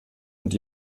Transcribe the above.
und